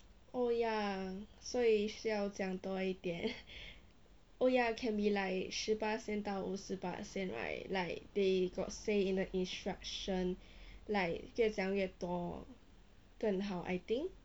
oh ya 所以需要讲多一点 oh ya can be like 十巴仙到五十巴仙 right like they got say in the instruction like 越讲越多更好 I think